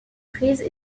prise